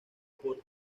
por